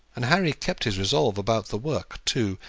and harry kept his resolve about the work too,